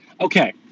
Okay